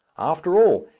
after all,